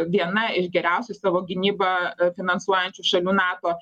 viena iš geriausiai savo gynybą finansuojančių šalių nato